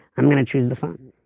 i'm going to choose the fun